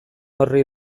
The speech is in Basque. horri